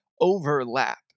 overlap